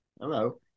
Hello